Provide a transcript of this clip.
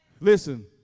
Listen